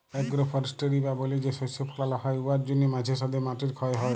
agro forestry বা বলে যে শস্য ফলাল হ্যয় উয়ার জ্যনহে মাঝে ম্যধে মাটির খ্যয় হ্যয়